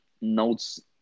notes